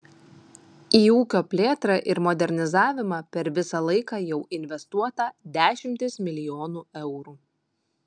į ūkio plėtrą ir modernizavimą per visą laiką jau investuota dešimtys milijonų eurų